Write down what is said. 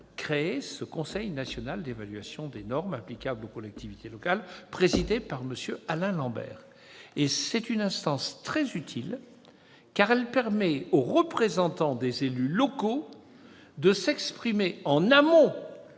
a instauré le Conseil national d'évaluation des normes applicables aux collectivités locales, présidé par M. Alain Lambert. Il s'agit d'une instance très utile, car elle permet aux représentants des élus locaux de s'exprimer en amont